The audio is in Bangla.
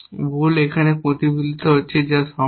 ভুল এখানে প্রতিফলিত হচ্ছে যা সম্ভব